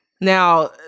now